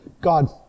God